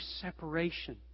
separation